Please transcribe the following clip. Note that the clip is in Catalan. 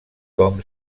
com